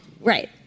Right